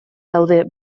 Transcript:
daude